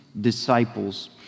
disciples